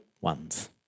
ones